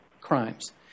crimes